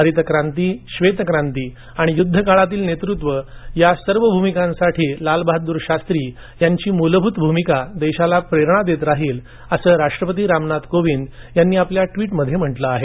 हरित क्रांती श्वेत क्रांती आणि युद्धकाळातील नेतृत्व या सर्व भूमिकेसाठी लाल बहादूर शास्त्री यांची मूलभूत भूमिका देशाला प्रेरणा देत राहील अस राष्ट्रपती रामनाथ कोविंद यांनी आपल्या ट्विटमध्ये म्हटले आहे